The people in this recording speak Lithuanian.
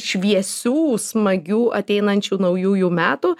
šviesių smagių ateinančių naujųjų metų